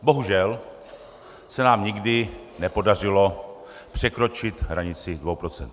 Bohužel se nám nikdy nepodařilo překročit hranici 2 %.